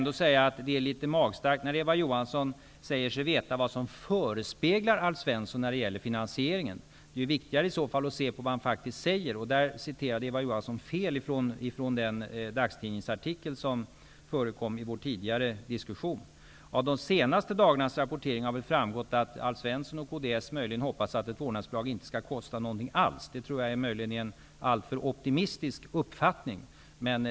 Det är litet magstarkt när Eva Johansson säger sig veta vad som förespeglar Alf Svensson när det gäller finansieringen. Det är viktigare att i så fall lyssna till vad han säger. Här citerade Eva Johansson fel från den dagstidningsartikel som förekom i vår tidigare diskussion. Av de senaste dagarnas rapportering har framgått att Alf Svensson och kds möjligen hoppas att ett vårdnadsbidrag inte skall kosta någonting alls. Det tror jag möjligen är en allför optimistisk uppfattning.